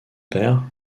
père